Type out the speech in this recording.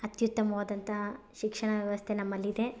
ಅತ್ಯುತ್ತಮವಾದಂತಹ ಶಿಕ್ಷಣ ವ್ಯವಸ್ಥೆ ನಮ್ಮಲ್ಲಿದೆ